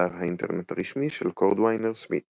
אתר האינטרנט הרשמי של קורדוויינר סמית